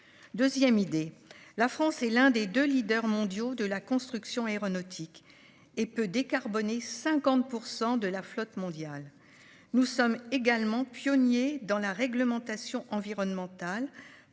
Deuxièmement, la France est l'un des deux leaders mondiaux de la construction aéronautique et peut décarboner 50 % de la flotte mondiale. Nous sommes également pionniers dans la réglementation environnementale,